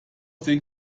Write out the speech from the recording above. den